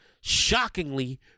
Shockingly